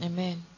Amen